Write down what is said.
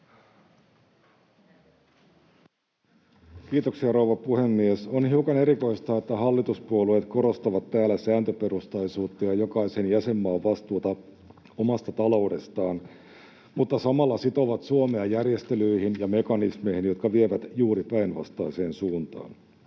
Kiitoksia, rouva puhemies! On hiukan erikoista, että hallituspuolueet korostavat täällä sääntöperustaisuutta ja jokaisen jäsenmaan vastuuta omasta taloudestaan, mutta samalla sitovat Suomea järjestelyihin ja mekanismeihin, jotka vievät juuri päinvastaiseen suuntaan.